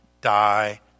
die